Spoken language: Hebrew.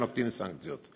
שנוקטים סנקציות.